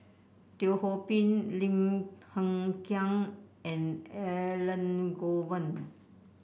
Teo Ho Pin Lim Hng Kiang and Elangovan